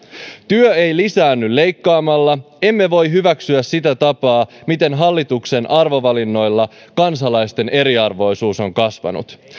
työ ei lisäänny leikkaamalla emme voi hyväksyä sitä tapaa miten hallituksen arvovalinnoilla kansalaisten eriarvoisuus on kasvanut